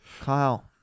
Kyle